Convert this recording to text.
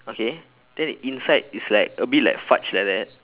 okay then it inside is like a bit like fudge like that